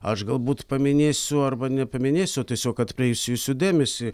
aš galbūt paminėsiu arba nepaminėsiu tiesiog atkreipsiu jūsų dėmesį